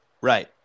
Right